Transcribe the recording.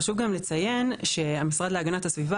חשוב גם לציין שהמשרד להגנת הסביבה